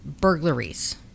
burglaries